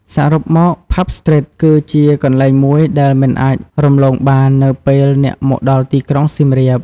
សរុបមក ផាប់ ស្ទ្រីត គឺជាកន្លែងមួយដែលមិនអាចរំលងបាននៅពេលអ្នកមកដល់ទីក្រុងសៀមរាប។